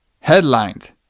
Headlined